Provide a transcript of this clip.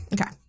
okay